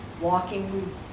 walking